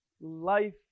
Life